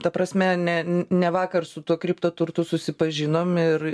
ta prasme ne ne vakar su tuo kriptoturtu susipažinom ir